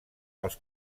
als